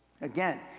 Again